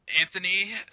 Anthony